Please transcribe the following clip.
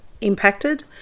impacted